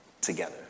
together